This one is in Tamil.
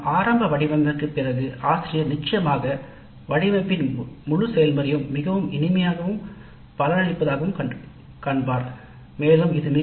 ஆனால் ஆரம்ப வடிவமைப்பிற்குப் பிறகு ஆசிரியர் நிச்சயமாக வடிவமைப்பின் முழு செயல்முறையையும் மிகவும் எளிமையானதாகவும் பயன் அளிப்பதாகும் காணலாம்